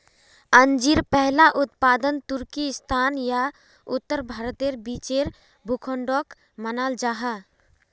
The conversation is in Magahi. अंजीर पहला उत्पादन तुर्किस्तान या उत्तर भारतेर बीचेर भूखंडोक मानाल जाहा